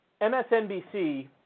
MSNBC